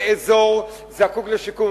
זה אזור שזקוק לשיקום.